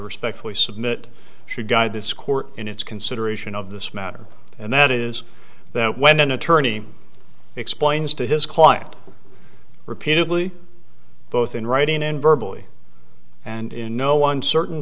respectfully submit should guide this court in its consideration of this matter and that is that when an attorney explains to his client repeatedly both in writing and verbal and in no uncertain